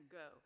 go